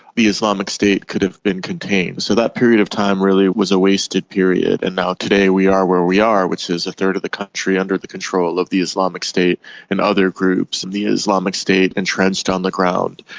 the islamic state could have been contained. so that period of time really was a wasted period, and now today we are where we are, which is a third of the country under the control of the islamic state and other groups, with and the islamic state entrenched on the ground.